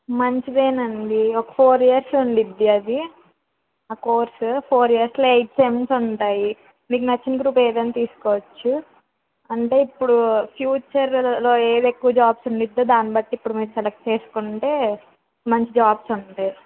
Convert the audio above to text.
మంచిదేనండి ఒక four years ఉంటుంది అదీ ఆ కోర్స్ ఫోర్ ఇయర్స్లో ఎయిట్ సెమ్స్ ఉంటాయి మీకు నచ్చిన గ్రూప్ ఏదైనా తీసుకోవచ్చు అంటే ఇప్పుడు ఫ్యూచర్లో ఏది ఎక్కువ జాబ్స్ ఉండిద్దో దాని బట్టి ఇప్పుడు మీరు సెలెక్ట్ చేసుకుంటే మంచి జాబ్స్ ఉంటాయి